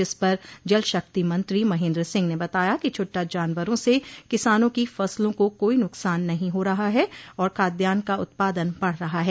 जिस पर जल शक्ति मंत्री महेन्द्र सिंह ने बताया कि छुट्टा जानवरों से किसानों की फसलों को कोई नुकसान नहीं हो रहा है और खाद्यान का उत्पादन बढ़ रहा है